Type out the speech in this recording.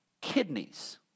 kidneys